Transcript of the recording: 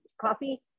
coffee